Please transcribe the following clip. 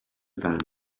van